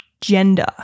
gender